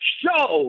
show